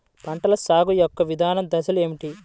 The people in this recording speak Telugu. పంటల సాగు యొక్క వివిధ దశలు ఏమిటి?